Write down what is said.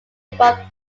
above